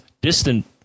distant